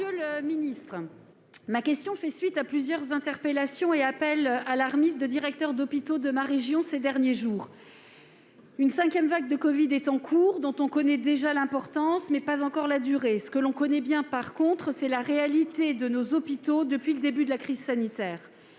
Monsieur le ministre de la santé, ma question fait suite à plusieurs interpellations et appels alarmistes de directeurs d'hôpitaux de ma région ces derniers jours. Une cinquième vague de la covid est en cours, dont on connaît déjà l'importance, mais pas encore la durée. Ce que l'on connaît bien en revanche, c'est ce que vivent nos hôpitaux depuis le début de la crise sanitaire.